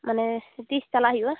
ᱢᱟᱱᱮ ᱛᱤᱥ ᱪᱟᱞᱟᱜ ᱦᱩᱭᱩᱜᱼᱟ